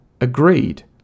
agreed